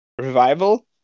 revival